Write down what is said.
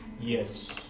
Yes